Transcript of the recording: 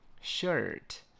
Shirt